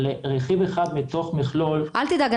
רכיב אחד מתוך מכלול --- אל תדאג,